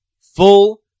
full